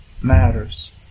matters